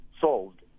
solved